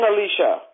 Alicia